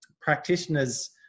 practitioners